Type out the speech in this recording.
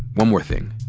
one more thing.